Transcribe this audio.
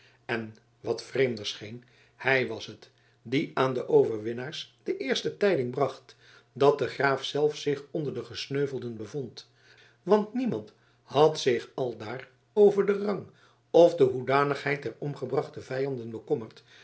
en wat vreemder scheen hij was het die aan de overwinnaars de eerste tijding bracht dat de graaf zelf zich onder de gesneuvelden bevond want niemand had zich aldaar over den rang of de hoedanigheid der omgebrachte vijanden bekommerd